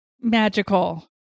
Magical